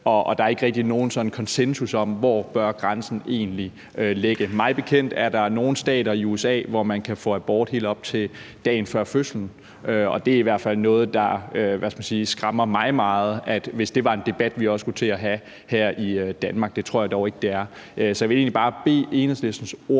og der er ikke rigtig nogen sådan konsensus om, hvor grænsen egentlig bør ligge. Mig bekendt er der nogle stater i USA, hvor man kan få abort helt op til dagen før fødslen, og det er i hvert fald noget, der, hvad skal man sige, skræmmer mig meget, altså hvis det var en debat, vi også skulle til at have her i Danmark. Det tror jeg dog ikke det er. Så jeg vil egentlig bare bede Enhedslistens